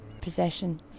possession